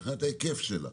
מבחינת ההיקף שלה.